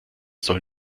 soll